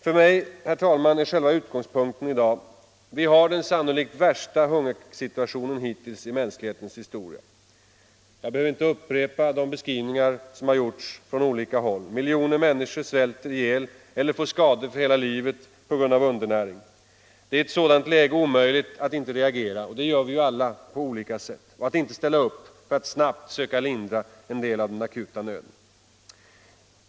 För mig, herr talman, är själva utgångspunkten i dag följande. Vi upplever den sannolikt värsta hungersituationen hittills i mänsklighetens historia. Jag behöver inte upprepa de beskrivningar som gjorts från olika håll. Miljoner människor svälter ihjäl eller får skador för hela livet på grund av undernäring. Det är i ett sådant läge omöjligt att inte reagera — det gör vi alla på olika sätt — och att inte ställa upp för att snabbt söka lindra en del av den akuta nöden.